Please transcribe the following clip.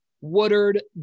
Woodard